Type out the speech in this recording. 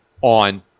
on